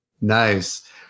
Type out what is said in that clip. Nice